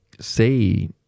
say